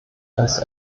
als